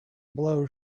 blow